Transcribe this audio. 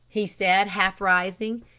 he said, half rising.